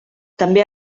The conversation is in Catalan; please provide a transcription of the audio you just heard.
també